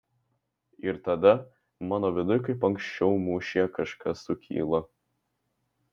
ir tada mano viduj kaip anksčiau mūšyje kažkas sukyla